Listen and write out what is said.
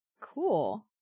cool